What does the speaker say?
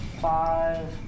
five